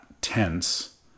tense